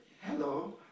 Hello